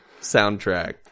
soundtrack